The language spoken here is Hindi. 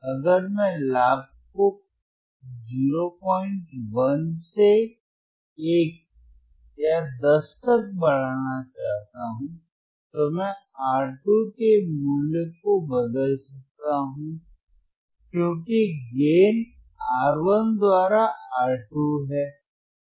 अगर मैं लाभ को 01 से 1 या 10 तक बढ़ाना चाहता हूं तो मैं R2 के मूल्य को बदल सकता हूं क्योंकि गेन R1 द्वारा R2 है